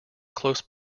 close